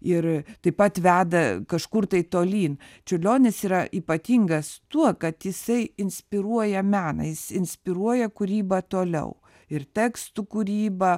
ir taip pat veda kažkur tai tolyn čiurlionis yra ypatingas tuo kad jisai inspiruoja meną jis inspiruoja kūrybą toliau ir tekstų kūrybą